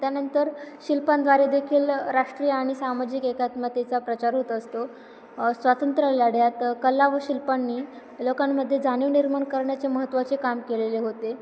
त्यानंतर शिल्पांद्वारे देखील राष्ट्रीय आणि सामाजिक एकात्मतेचा प्रचार होत असतो स्वातंत्र लढ्यात कला व शिल्पांनी लोकांमध्ये जाणीव निर्माण करण्याचे महत्त्वाचे काम केलेले होते